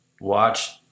watch